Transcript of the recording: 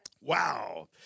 Wow